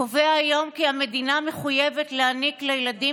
קובע היום כי המדינה מחויבת להעניק לילדים